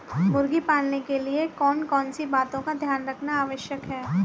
मुर्गी पालन के लिए कौन कौन सी बातों का ध्यान रखना आवश्यक है?